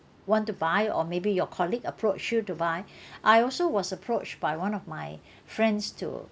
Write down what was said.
want to buy or maybe your colleague approached you to buy I also was approached by one of my friends to